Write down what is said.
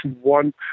one